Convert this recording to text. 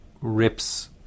rips